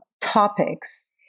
topics